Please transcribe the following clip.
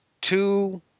two